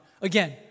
again